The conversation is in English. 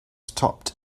stopped